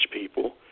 people